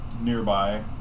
nearby